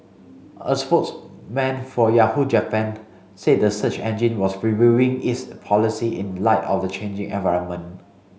a spokesman for Yahoo Japan said the search engine was reviewing its policy in light of the changing environment